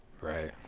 Right